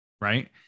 Right